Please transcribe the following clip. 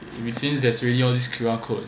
it may seems there's already all this Q_R code